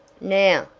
now,